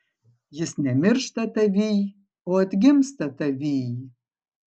jis nemiršta tavyj o atgimsta tavyj